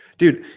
dude,